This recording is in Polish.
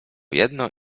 jedno